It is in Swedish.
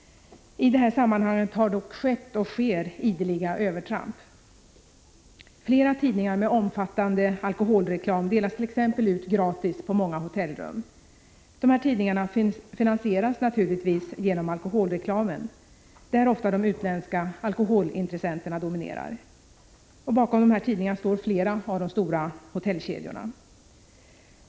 I detta sammanhang har det dock skett och sker ideliga övertramp. Marknadsföringav Flera tidningar med omfattande alkoholreklam delas t.ex. ut gratis på alkoholdry cker, många hotellrum. De här tidningarna finansieras naturligtvis genom alkohol ARG Seg och tobai reklamen, där de utländska alkoholintressenterna ofta dominerar. Bakom de här tidningarna står flera av de stora hotellkedjorna.